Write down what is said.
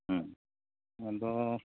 ᱦᱮᱸ ᱟᱫᱚ